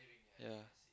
ya